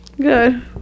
Good